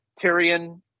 Tyrion